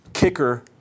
kicker